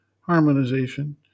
Harmonization